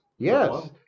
Yes